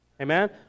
Amen